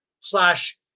slash